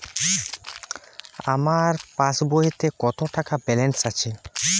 আমার পাসবইতে কত টাকা ব্যালান্স আছে?